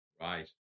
Right